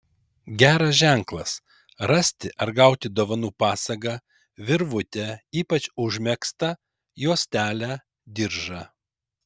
geras ženklas rasti ar gauti dovanų pasagą virvutę ypač užmegztą juostelę diržą